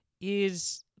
Is-